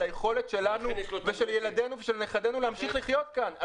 על היכולת שלנו ושל ילדינו ושל נכדינו להמשיך לחיות כאן.